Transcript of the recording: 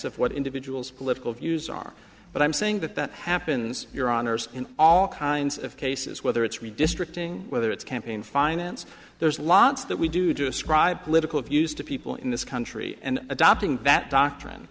of what individuals political views are but i'm saying that that happens your honour's in all kinds of cases whether it's redistricting whether it's campaign finance there's lots that we do to ascribe political views to people in this country and adopting that